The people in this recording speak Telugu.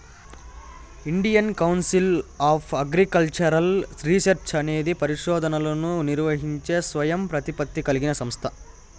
Indian council of agricultural research అనేది పరిశోధనలను నిర్వహించే స్వయం ప్రతిపత్తి కలిగిన సంస్థ